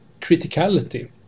criticality